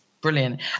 Brilliant